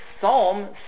psalm